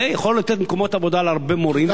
זה יכול לתת מקומות עבודה להרבה מורים,